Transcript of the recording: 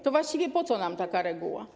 To właściwie po co nam taka reguła?